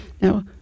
Now